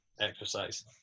exercise